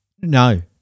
No